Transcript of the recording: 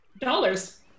Dollars